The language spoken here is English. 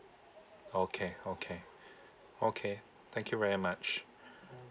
oh okay okay okay thank you very much